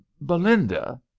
belinda